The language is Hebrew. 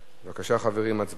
בבקשה, חברים, הצבעה.